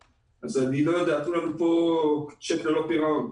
נתנו לנו פה צ'ק ללא פירעון,